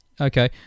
Okay